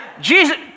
Jesus